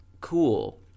cool